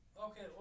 Okay